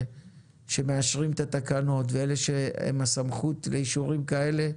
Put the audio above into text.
שמאשרים את התקנות ואלה שהם הסמכות לאישורים כאלה,